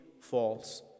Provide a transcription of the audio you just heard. false